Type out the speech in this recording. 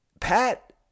Pat